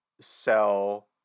sell